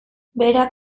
berak